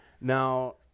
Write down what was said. Now